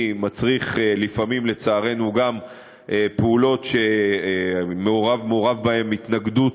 ולפעמים גם פעולות שמעורבת בהן התנגדות